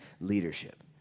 Leadership